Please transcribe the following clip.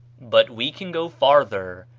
but we can go farther,